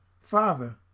Father